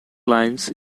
lines